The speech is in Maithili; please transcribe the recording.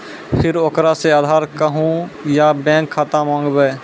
फिर ओकरा से आधार कद्दू या बैंक खाता माँगबै?